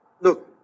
look